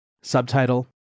Subtitle